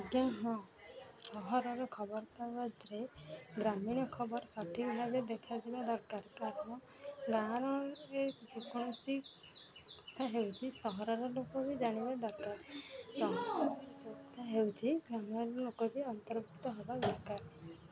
ଆଜ୍ଞା ହଁ ସହରର ଖବରକାଗଜରେ ଗ୍ରାମୀଣ ଖବର ସଠିକ ଭାବେ ଦେଖାଯିବା ଦରକାର କାରଣ ଗାଁରେ ଯେକୌଣସି କଥା ହେଉଛି ସହରର ଲୋକ ବି ଜାଣିବା ଦରକାର ସହର ଯଥା ହେଉଛି ଗ୍ରାମର ଲୋକ ବି ଅନ୍ତର୍ଭୁକ୍ତ ହେବା ଦରକାର